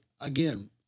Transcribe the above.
again